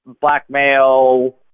Blackmail